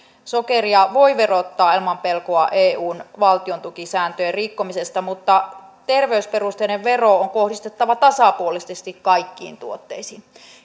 sokeria voi verottaa ilman pelkoa eun valtiontukisääntöjen rikkomisesta mutta terveysperusteinen vero on kohdistettava tasapuolisesti kaikkiin tuotteisiin